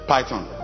Python